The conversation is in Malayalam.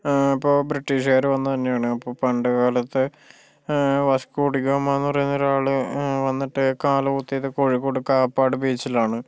ഇപ്പോൾ ബ്രിട്ടീഷുകാർ വന്നത് തന്നെയാണ് അപ്പോൾ പണ്ടു കാലത്ത് വാസ്കോഡി ഗാമായെന്നു പറയുന്നൊരാൾ വന്നിട്ട് കാല് കുത്തിയത് കോഴിക്കോട് കാപ്പാട് ബീച്ചിലാണ്